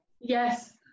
Yes